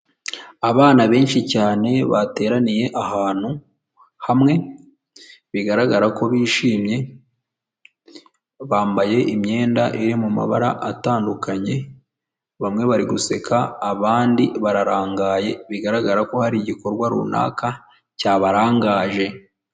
Abana benshi cyane bateraniye ahantu hamwe, bigaragara ko bishimye bambaye imyenda iri mu mabara atandukanye, bamwe bari guseka abandi bararangaye bigaragara ko hari igikorwa runaka cyabarangaje.